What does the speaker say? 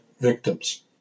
victims